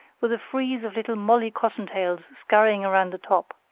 with a frieze of little molly cottontails skurrying around the top.